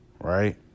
Right